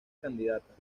candidatas